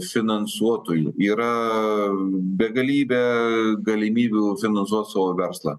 finansuotojų yra begalybė galimybių finansuot savo verslą